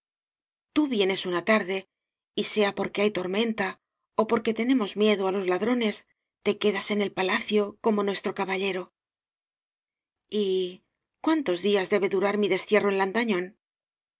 tíotú vienes una tarde y sea porque hay i tormenta ó porque tenemos miedo á los la drones te quedas en el palacio como nues tro caballero y cuántos dias debe durar mi destierro en lantañón